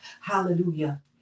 Hallelujah